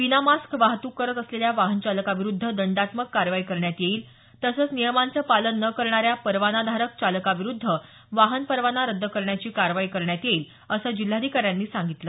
विनामास्क वाहतूक करत असलेल्या वाहनचालकाविरुद्ध दंडात्मक कारवाई करण्यात येईल तसंच नियमांचं पालन न करणाऱ्या परवानाधारक चालकाविरुद्ध वाहन परवाना रद्द करण्याची कारवाई करण्यात येईल असं जिल्हाधिकाऱ्यांनी सांगितलं